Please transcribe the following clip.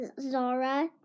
Zara